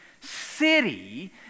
city